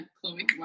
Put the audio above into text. Chloe